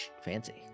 Fancy